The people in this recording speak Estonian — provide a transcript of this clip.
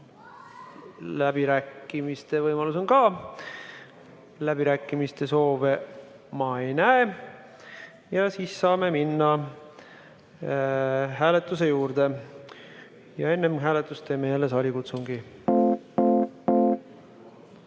Läbirääkimiste võimalus on ka. Läbirääkimiste soove ma ei näe. Siis saame minna hääletuse juurde. Ja enne hääletust teeme jälle saalikutsungi. Head